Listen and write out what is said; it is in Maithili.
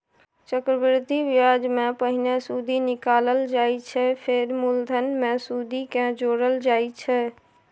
चक्रबृद्धि ब्याजमे पहिने सुदि निकालल जाइ छै फेर मुलधन मे सुदि केँ जोरल जाइ छै